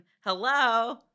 Hello